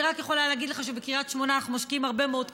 אני רק יכולה להגיד לך שבקריית שמונה אנחנו משקיעים הרבה מאוד כסף,